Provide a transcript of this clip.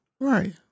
Right